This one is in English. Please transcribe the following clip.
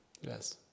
Yes